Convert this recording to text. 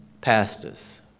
pastors